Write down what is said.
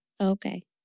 Okay